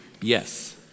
Yes